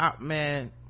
man